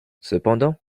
cependant